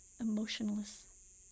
emotionless